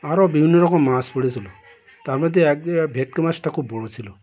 আরও বিভিন্ন রকম মাছ পড়েছিল তার মধ্যে এক ভেটকি মাছটা খুব বড় ছিল